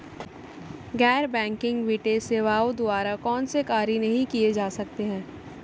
गैर बैंकिंग वित्तीय सेवाओं द्वारा कौनसे कार्य नहीं किए जा सकते हैं?